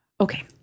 okay